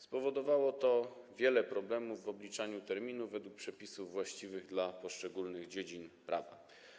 Spowodowało to wiele problemów w obliczaniu terminów według przepisów właściwych dla poszczególnych dziedzin prawa.